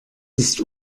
ist